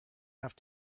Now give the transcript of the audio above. have